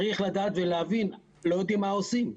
צריך לדעת ולהבין, לא יודעים מה עושים.